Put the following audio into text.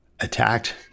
attacked